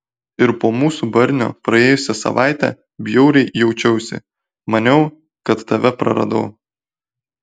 ir po mūsų barnio praėjusią savaitę bjauriai jaučiausi maniau kad tave praradau